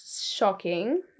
shocking